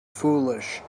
foolish